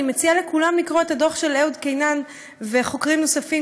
אני מציעה לכולם לקרוא את הדוח של אהוד קינן וחוקרים נוספים,